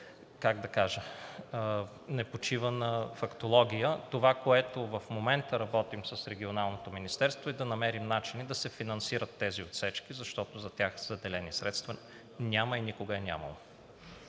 от въпроса не почива на фактология. Това, което в момента работим в Регионалното министерство, е да намерим начини да се финансират тези отсечки, защото за тях заделени средства няма и никога е нямало.